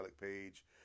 page